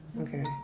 Okay